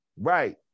Right